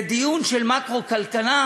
זה דיון של מקרו-כלכלה,